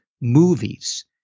movies